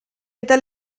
eta